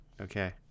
Okay